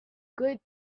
good